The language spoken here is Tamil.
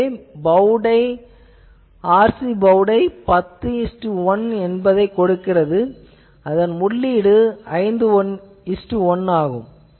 எனவே RC பௌ டை 101 கொடுக்கிறது அதன் உள்ளீடு 51 ஆகும்